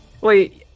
Wait